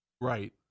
Right